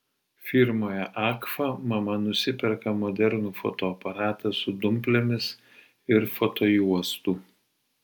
firmoje agfa mama nusiperka modernų fotoaparatą su dumplėmis ir fotojuostų